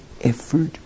effort